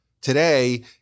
today